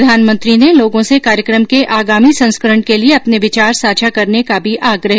प्रधानमंत्री ने लोगों से कार्यक्रम के आगामी संस्करण के लिए अपने विचार साझा करने का भी आग्रह किया